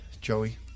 Joey